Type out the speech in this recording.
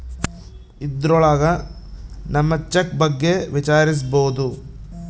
ಇದ್ರೊಳಗ ನಮ್ ಚೆಕ್ ಬಗ್ಗೆ ವಿಚಾರಿಸ್ಬೋದು